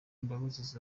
imbabazi